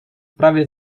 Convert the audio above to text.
prawie